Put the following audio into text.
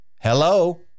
hello